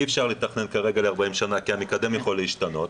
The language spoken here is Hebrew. אי אפשר לתכנן ל-40 שנה כי המקדם יכול להשתנות.